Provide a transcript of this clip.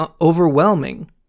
overwhelming